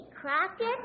Crockett